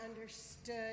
understood